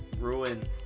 ruin